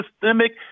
systemic